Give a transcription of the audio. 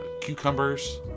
Cucumbers